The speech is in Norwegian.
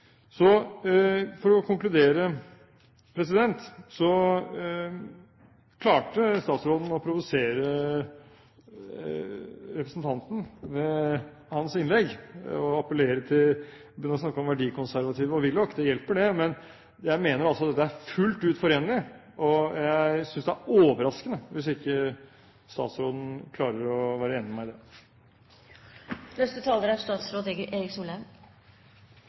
konkludere: Statsråden klarte å provosere representanten med sitt innlegg ved å begynne å snakke om verdikonservative og Willoch. Det hjelper. Men jeg mener det er fullt ut forenlig, og jeg synes det er overraskende, hvis ikke statsråden klarer å være enig med meg i det. Når jeg viser omsorg for det jeg kaller det verdikonservative Høyre, er